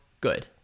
good